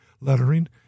lettering